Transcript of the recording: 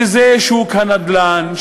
שזה שוק הנדל"ן,